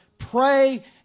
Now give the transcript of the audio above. Pray